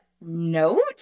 note